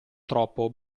troppo